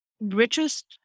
richest